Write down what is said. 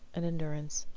and endurance,